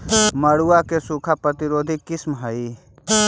मड़ुआ के सूखा प्रतिरोधी किस्म हई?